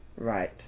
Right